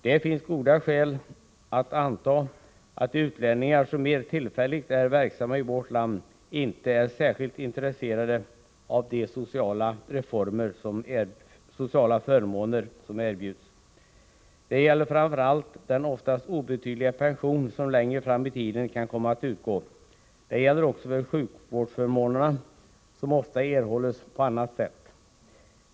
Det finns goda skäl att anta att utlänningar som mer tillfälligt är verksamma i vårt land inte är särskilt intresserade av de sociala förmåner som erbjuds. Detta gäller framför allt den oftast obetydliga pension som längre fram i tiden kan komma att utgå. Det gäller också för sjukvårdsförmåner, som ofta erhålls på annat sätt.